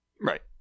Right